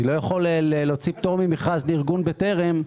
אני לא יכול להוציא פטור ממכרז לארגון בטרן.